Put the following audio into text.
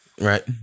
Right